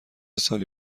سالی